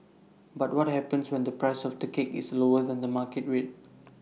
but what happens when the price of the cake is lower than the market rate